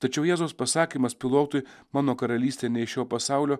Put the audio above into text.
tačiau jėzaus pasakymas pilotui mano karalystė ne iš šio pasaulio